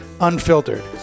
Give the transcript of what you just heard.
unfiltered